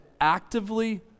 actively